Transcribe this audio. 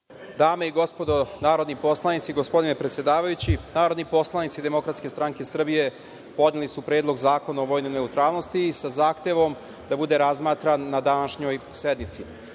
Dame i gospodo narodni poslanici, gospodine predsedavajući, narodni poslanici DS podneli su Predlog zakona o vojnoj neutralnosti sa zahtevom da bude razmatran na današnjoj sednici. Ovaj